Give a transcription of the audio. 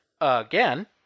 again